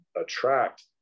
attract